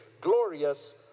glorious